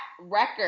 record